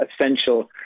essential